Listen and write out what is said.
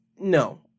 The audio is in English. no